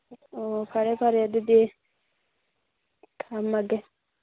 ꯑꯣ ꯐꯔꯦ ꯐꯔꯦ ꯑꯗꯨꯗꯤ ꯊꯝꯃꯒꯦ